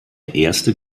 erste